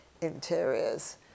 Interiors